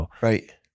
Right